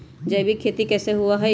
जैविक खेती कैसे हुआ लाई?